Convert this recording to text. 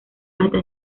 hasta